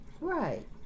Right